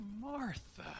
Martha